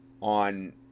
on